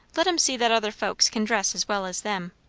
let em see that other folks can dress as well as them.